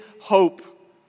hope